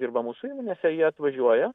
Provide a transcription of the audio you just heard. dirba mūsų įmonėse jie atvažiuoja